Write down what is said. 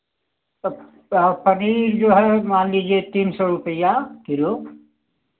तब पनीर जो है मान लीजिए तीन सौ रुपया किलो